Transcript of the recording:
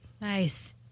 Nice